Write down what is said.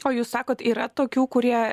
o jūs sakot yra tokių kurie